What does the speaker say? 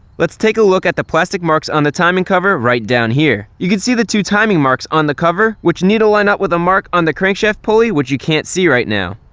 let's take a look at the plastic marks on the timing cover right down here. you can see the two timing marks on the cover, which need to line up with the mark on the crankshaft pulley, which you can't see right now.